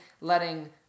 letting